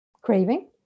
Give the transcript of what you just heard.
craving